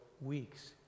weeks